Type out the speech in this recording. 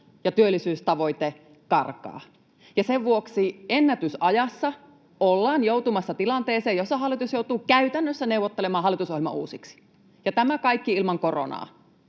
ja työllisyystavoite karkaa, ja sen vuoksi ennätysajassa ollaan joutumassa tilanteeseen, jossa hallitus joutuu käytännössä neuvottelemaan hallitusohjelman uusiksi, ja tämä kaikki ilman koronaa,